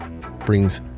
brings